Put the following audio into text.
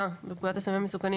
בפקודת הסמים המסוכנים.